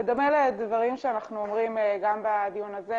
בדומה לדברים שאנחנו אומרים גם בדיון הזה,